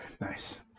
Nice